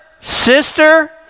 sister